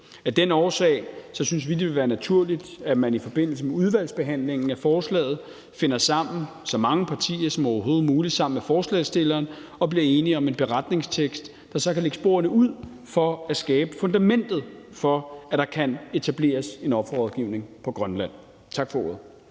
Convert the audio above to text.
Af den årsag synes vi, at det ville være naturligt, at så mange partier som overhovedet muligt i forbindelse med udvalgets behandlingen af forslaget finder sammen med forslagsstillerne og bliver enige om en beretningstekst, der så kan lægge sporene ud for at skabe fundamentet for, at der kan etableres en offerrådgivning i Grønland. Tak for ordet.